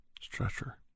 stretcher